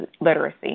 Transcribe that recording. literacy